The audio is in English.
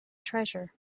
treasure